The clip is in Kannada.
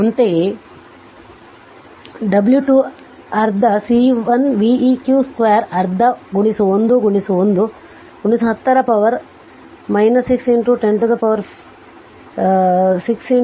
ಅಂತೆಯೇ w 2 ಅರ್ಧ C1 v eq 2 ಅರ್ಧ ಒಂದು 1 10ರ ಪವರ್ 6 50 2 ಅಂದರೆ 1